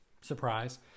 surprise